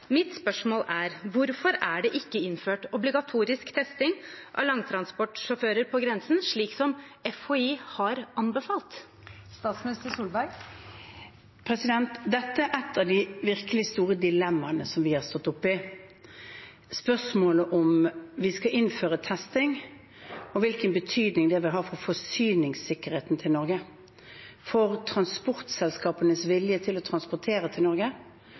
Mitt spørsmål er: Hvorfor er det ikke innført obligatorisk testing av langtransportsjåfører på grensen, slik FHI har anbefalt? Dette er et av de virkelig store dilemmaene vi har stått oppe i, spørsmålet om vi skal innføre testing og hvilken betydning det vil ha for forsyningssikkerheten til Norge, for transportselskapenes vilje til å transportere til Norge,